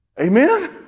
Amen